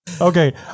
okay